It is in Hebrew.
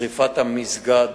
וכן שרפת המסגד